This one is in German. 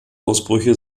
ausbrüche